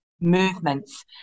movements